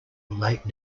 late